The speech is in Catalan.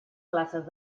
places